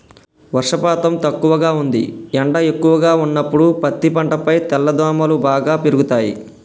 వర్షపాతం తక్కువగా ఉంది ఎండ ఎక్కువగా ఉన్నప్పుడు పత్తి పంటపై తెల్లదోమలు బాగా పెరుగుతయి